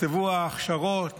נכתבו ההכשרות,